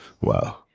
Wow